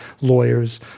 lawyers